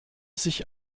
sich